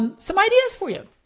um some ideas for you!